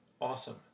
awesome